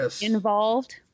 involved